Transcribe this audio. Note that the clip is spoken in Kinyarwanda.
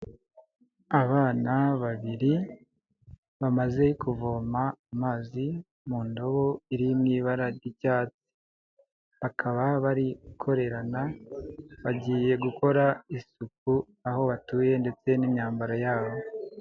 Abana babiri bamaze kuvoma amazi mu ndobo iri mu ibara ry'icyatsi. Bakaba bari gukorerana bagiye gukora isuku aho batuye ndetse n'imyambaro yabo.